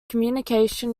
communication